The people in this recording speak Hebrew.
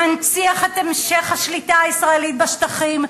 מנציח את המשך השליטה הישראלית בשטחים,